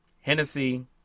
Hennessy